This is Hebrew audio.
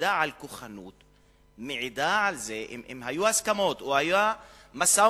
מעידה על כוחנות, אם היו הסכמות או היה משא-ומתן.